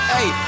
Hey